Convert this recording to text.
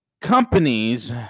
Companies